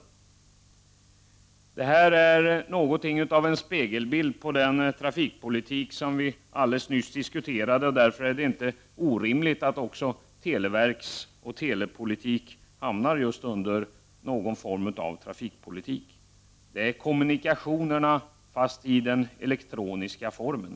Detta är något av en spegelbild av den trafikpolitik som vi alldeles nyss diskuterade, och därför är det inte orimligt att också frågor rörande televerket och telekommunikationer hamnar just under rubriken trafikpolitik. Det handlar här om kommunikationer, fast i den elektroniska formen.